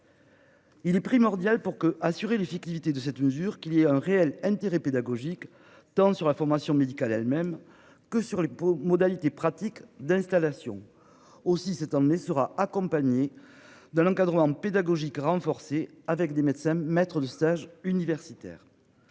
Il est primordial pour que assurer l'effectivité de cette mesure qu'il y ait un réel intérêt pédagogique tendre sur la formation médicale elle-même que sur les modalités pratiques d'installation aussi cette emmener sera accompagné de l'encadrement pédagogique renforcé avec des médecins maître de stage universitaire.